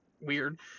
weird